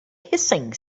hissing